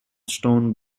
stone